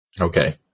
Okay